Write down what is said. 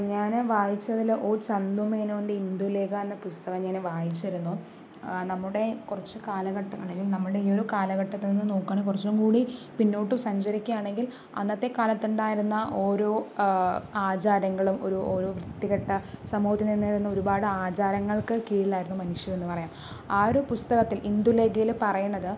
ഞാൻ വായിച്ചതില് ഒ ചന്തുമേനോൻ്റെ ഇന്ദുലേഖ എന്ന പുസ്തകം ഞാൻ വായിച്ചിരുന്നു നമ്മുടെ കുറച്ചു കാലഘട്ടം അല്ലെങ്കിൽ നമ്മുടെ ഈ ഒരു കാലഘട്ടത്തിൽ നിന്ന് നോക്കുകയാണെങ്കിൽ കുറച്ചു കൂടി പിന്നോട്ടു സഞ്ചരിക്കുകയാണെങ്കിൽ അന്നത്തെ കാലത്ത് ഉണ്ടായിരുന്ന ഓരോ ആചാരങ്ങളും ഒരു ഓരോ വൃത്തികെട്ട സമൂഹത്തിൽ നിന്നിരുന്ന ഒരുപാട് ആചാരങ്ങൾക്ക് കീഴിലായിരുന്നു മനുഷ്യൻ എന്ന് പറയാം ആ ഒരു പുസ്തകത്തിൽ ഇന്ദുലേഖയിൽ പറയുന്നത്